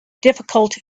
difficult